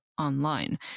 online